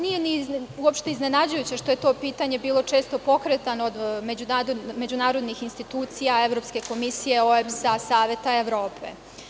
Nije iznenađujuće što je to pitanje bilo često pokretano od međunarodnih institucija, Evropske komisije, OEBS-a, Saveta Evrope.